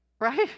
right